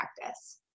practice